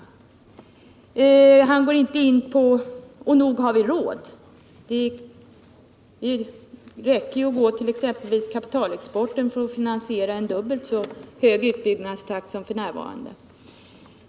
Nog skulle vi ha råd med det — det räcker med att låta tanken gå till kapitalexportens omfattning för att man skall inse att bara den skulle räcka till för att finansiera en dubbelt så hög utbyggnadstakt som f. n.